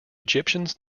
egyptians